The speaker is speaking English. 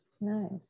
Nice